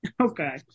okay